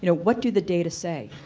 you know what do the data say?